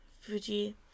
Fuji